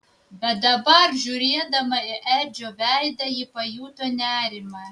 bet dabar žiūrėdama į edžio veidą ji pajuto nerimą